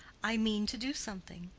i mean to do something.